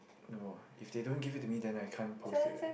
no lah if they don't give it to me then I can't post it right